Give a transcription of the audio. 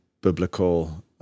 biblical